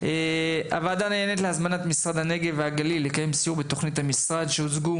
הוועדה נענית להזמנת משרד הנגב והגליל לקיים סיור בתוכניות המשרד שהוצגו